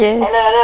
yes